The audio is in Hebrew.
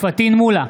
פטין מולא,